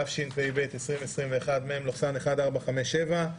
התשפ"ב 2021, מ/1457.